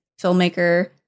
filmmaker